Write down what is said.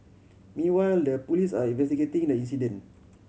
meanwhile the police are investigating the accident